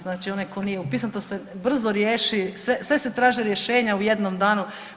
Znači onaj tko nije upisan to se brzo riješi, sve se traže rješenja u jednom danu.